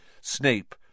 Snape